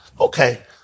Okay